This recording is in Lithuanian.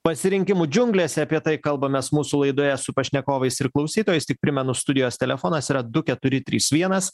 pasirinkimų džiunglėse apie tai kalbamės mūsų laidoje su pašnekovais ir klausytojais tik primenu studijos telefonas yra du keturi trys vienas